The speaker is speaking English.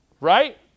right